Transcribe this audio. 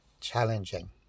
challenging